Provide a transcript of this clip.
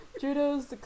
Judo's